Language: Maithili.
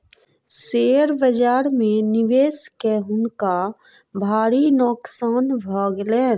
शेयर बाजार में निवेश कय हुनका भारी नोकसान भ गेलैन